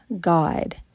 God